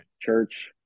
church